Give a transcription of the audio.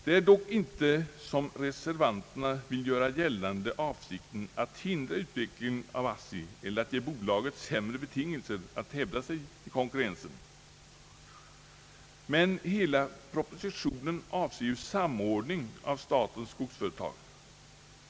Det är dock inte som reservanterna vill göra gällande avsikten att hindra utvecklingen av ASSI eller att ge bolaget sämre betingelser att hävda sig i konkurrensen. Men hela propositionen avser ju samordning av statens skogsföretag.